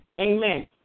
Amen